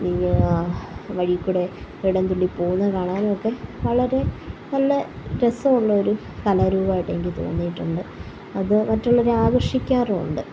E വഴിയിൽ കൂടെ ഗരുഡൻ തുള്ളി പോവുന്നത് കാണാനുമൊക്കെ വളരെ നല്ല രസമുള്ളൊരു കലാ രൂപമായിട്ടെനിക്ക് തോന്നിയിട്ടുണ്ട് അത് മറ്റുള്ളവരെ ആകർഷിക്കാറുവുണ്ട്